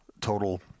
total